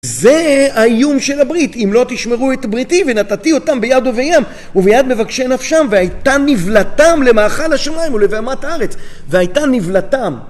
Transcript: זה האיום של הברית. אם לא תשמרו את בריתי, ונתתי אותם ביד אויביהם, וביד מבקשי נפשם, והיתה נבלתם למאכל השמים ולבהמת הארץ. והיתה נבלתם.